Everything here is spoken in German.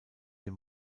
dem